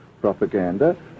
propaganda